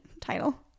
title